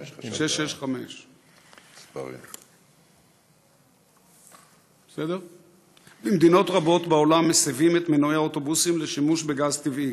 665. במדינות רבות בעולם מסבים את מנועי האוטובוסים לשימוש בגז טבעי.